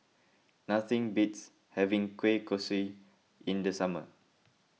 nothing beats having Kueh Kosui in the summer